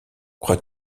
crois